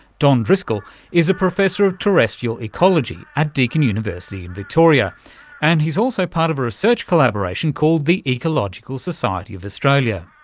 don driscoll is a professor of terrestrial ecology at deakin university in victoria and he's also part of a research collaboration called the ecological society of australia.